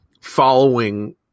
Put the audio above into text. following